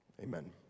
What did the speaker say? Amen